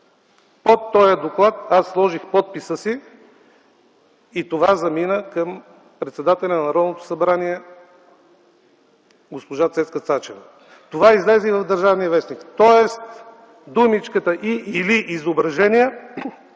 Под тоя доклад аз сложих подписа си и това замина към председателя на Народното събрание госпожа Цецка Цачева. Това излезе и в „Държавен вестник”. Тоест думите „и/или изображение”